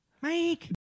Mike